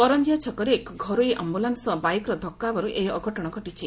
କରଞିଆ ଛକରେ ଏକ ଘରୋଇ ଆମ୍ଟୁଲାନ୍ପ ସହ ବାଇକ୍ର ଧକ୍କା ହେବାରୁ ଏହି ଅଘଟଣ ଘଟିଛି